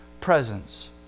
presence